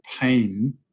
pain